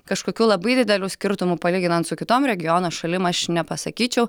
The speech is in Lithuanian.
kažkokių labai didelių skirtumų palyginant su kitom regiono šalim aš nepasakyčiau